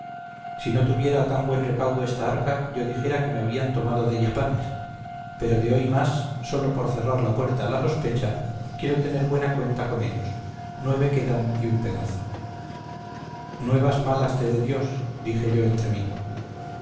si no tuviera a tan buen recaudo esta arca yo dijera que me habían tomado della panes pero de hoy más sólo por cerrar la puerta a la sospecha quiero tener buena cuenta con ellos nueve quedan y un pedazo nuevas malas te dé dios dijo yo entre mí